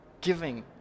giving